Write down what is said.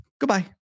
Goodbye